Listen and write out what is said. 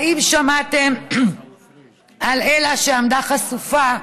האם שמעתם על אלה, שעמדה חשופה?